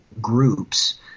groups